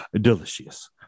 delicious